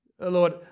Lord